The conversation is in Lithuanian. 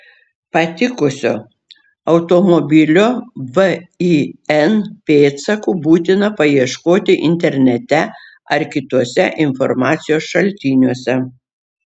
patikusio automobilio vin pėdsakų būtina paieškoti internete ar kituose informacijos šaltiniuose